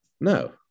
no